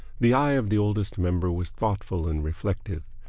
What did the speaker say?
the eye of the oldest member was thoughtful and reflective.